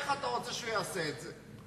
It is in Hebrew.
איך אתה רוצה שהוא יעשה את זה?